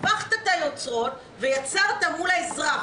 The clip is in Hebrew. הפכת את היוצרות ויצרת מול האזרח,